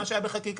מה שהיה בחקיקה,